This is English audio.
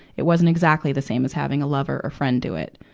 it wasn't exactly the same as having a lover or friend do it.